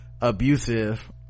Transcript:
abusive